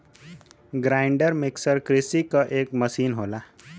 grinder mixer कृषि क एक मसीन होला